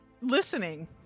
listening